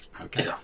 okay